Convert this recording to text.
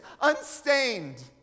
unstained